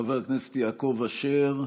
חבר הכנסת יעקב אשר,